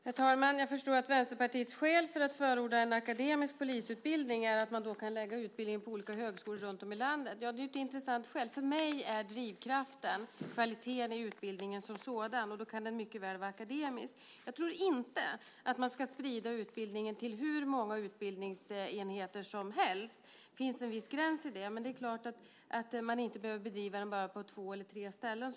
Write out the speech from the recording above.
Herr talman! Jag förstår att Vänsterpartiets skäl för att förorda en akademisk polisutbildning är att man då kan lägga utbildningen på olika högskolor runtom i landet. Ja, det är ju ett intressant skäl. För mig är drivkraften kvaliteten i utbildningen som sådan, och då kan den mycket väl vara akademisk. Jag tror dock inte att man ska sprida utbildningen till hur många utbildningsenheter som helst. Det finns en gräns för det, men det är klart att man inte behöver bedriva den på bara två eller tre ställen.